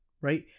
right